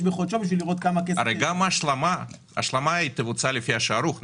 בחודשו בשביל לראות כמה כסף --- הרי גם ההשלמה תבוצע לפי השערוך,